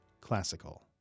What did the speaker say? classical